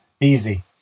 Easy